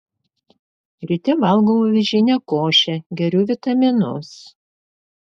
ryte valgau avižinę košę geriu vitaminus